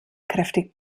kräftig